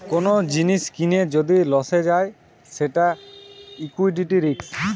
কোন জিনিস কিনে যদি লসে যায় সেটা লিকুইডিটি রিস্ক